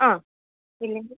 ആ ഇല്ലെങ്കിൽ